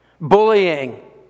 Bullying